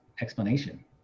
explanation